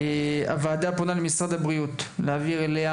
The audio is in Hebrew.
הוועדה פונה למשרד הבריאות להעביר אליה